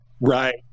right